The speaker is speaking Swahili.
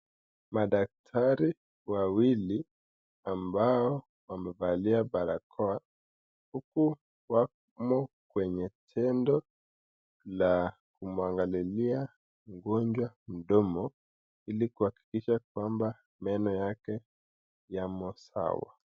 Madaktar wawili walio valia barakoa, huku wamo kwenye tendo la kumwangalilia mgonjwa kwenye mdomo, ili kuhakikisha kwamba, meno yake yamo sawa.